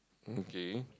okay